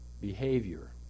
behavior